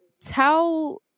tell